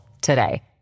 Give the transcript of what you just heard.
today